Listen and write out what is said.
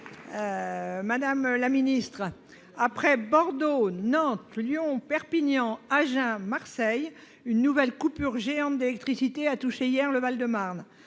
et solidaire, après Bordeaux, Nantes, Lyon, Perpignan, Agen et Marseille, une nouvelle coupure géante d'électricité a touché hier le Val-de-Marne.